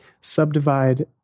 subdivide